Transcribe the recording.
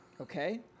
Okay